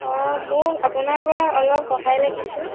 অঁ মোক আপোনাৰ পৰা অলপ সহায় লাগিছিল